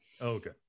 Okay